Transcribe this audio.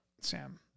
Sam